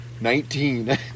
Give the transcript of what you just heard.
nineteen